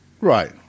right